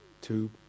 two